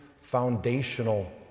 foundational